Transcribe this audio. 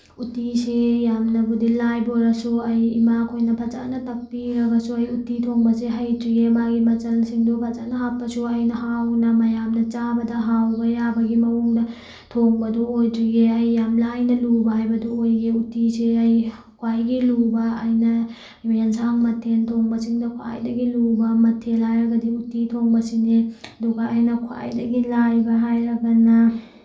ꯎꯇꯤꯁꯤ ꯌꯥꯝꯅꯕꯨꯗꯤ ꯂꯥꯏꯕ ꯑꯣꯏꯔꯁꯨ ꯑꯩ ꯏꯃꯥꯈꯣꯏꯅ ꯐꯖꯅ ꯇꯥꯛꯄꯤꯔꯒꯁꯨ ꯑꯩ ꯎꯇꯤ ꯊꯣꯡꯕꯁꯦ ꯍꯩꯇ꯭ꯔꯤꯌꯦ ꯃꯥꯒꯤ ꯃꯆꯜꯁꯤꯡꯗꯣ ꯐꯖꯅ ꯍꯥꯞꯄꯁꯨ ꯑꯩꯅ ꯍꯥꯎꯅ ꯃꯌꯥꯝꯅ ꯆꯥꯕꯗ ꯍꯥꯎꯕ ꯌꯥꯕꯒꯤ ꯃꯑꯣꯡꯗ ꯊꯣꯡꯕꯗꯨ ꯑꯣꯏꯗ꯭ꯔꯤꯌꯦ ꯑꯩ ꯌꯥꯝꯅ ꯂꯥꯏꯅ ꯂꯨꯕ ꯍꯥꯏꯕꯗꯨ ꯑꯣꯏꯌꯦ ꯎꯇꯤꯁꯦ ꯑꯩ ꯈ꯭ꯋꯥꯏꯒꯤ ꯂꯨꯕ ꯑꯩꯅ ꯑꯦꯟꯁꯥꯡ ꯃꯊꯦꯜ ꯊꯣꯡꯕꯁꯤꯡꯗ ꯈ꯭ꯋꯥꯏꯗꯒꯤ ꯂꯨꯕ ꯃꯊꯦꯜ ꯍꯥꯏꯔꯒꯗꯤ ꯎꯇꯤ ꯊꯣꯡꯕꯁꯤꯅꯤ ꯑꯗꯨꯒ ꯑꯩꯅ ꯈ꯭ꯋꯥꯏꯗꯒꯤ ꯂꯥꯏꯕ ꯍꯥꯏꯔꯒꯅ